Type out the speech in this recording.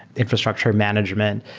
infrastructure management,